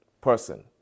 person